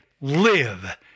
live